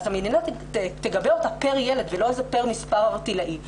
אז המדינה תגבה אותה פר ילד ולא פר מספר ערטילאי.